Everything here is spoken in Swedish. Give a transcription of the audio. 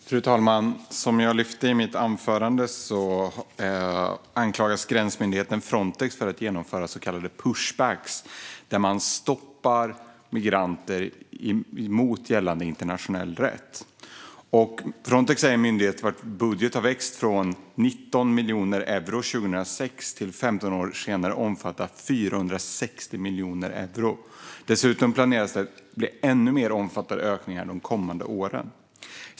Fru talman! Som jag lyfte fram i mitt anförande anklagas gränsmyndigheten Frontex för att genomföra så kallade pushbacks där man stoppar migranter mot gällande internationell rätt. Frontex är en myndighet vars budget har växt från 19 miljoner euro 2006 till att 15 år senare omfatta 460 miljoner euro. Dessutom planeras det bli ännu mer omfattande ökningar de kommande åren.